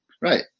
Right